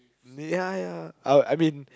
ya ya oh I mean